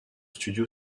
studio